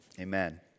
Amen